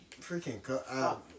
Freaking